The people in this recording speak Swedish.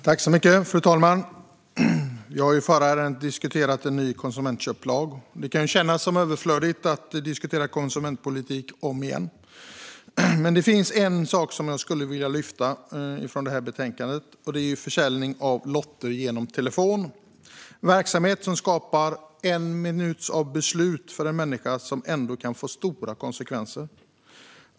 Fru talman! Vi har ju i det förra ärendet diskuterat en ny konsumentköplag. Det kan kännas som överflödigt att diskutera konsumentpolitik om igen, men det finns en sak i det här betänkandet som jag skulle vilja lyfta fram, nämligen försäljning av lotter via telefon. Där kan en människa fatta ett beslut på en minut som ändå kan få stora konsekvenser.